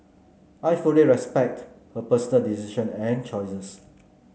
I fully respect her personal decision and choices